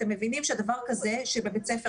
אתם מבינים שדבר כזה בבית ספר,